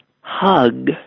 hug